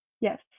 Yes